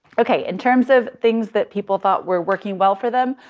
okay. in terms of things that people thought were working well for them,